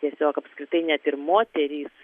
tiesiog apskritai net ir moterys